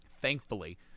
thankfully